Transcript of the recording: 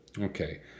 Okay